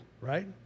right